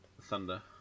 Thunder